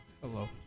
hello